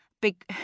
big